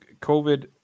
COVID